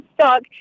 stuck